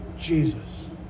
Jesus